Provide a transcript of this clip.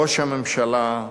ראש הממשלה,